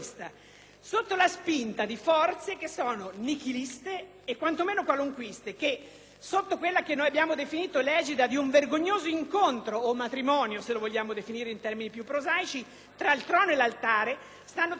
qualunquiste che, sotto l'egida di un vergognoso incontro o matrimonio (se lo vogliamo definire in termini più prosaici) tra il trono e l'altare, stanno trascinando il Paese fuori dal contesto di quegli Stati liberi tra l'indifferenza generale.